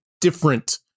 different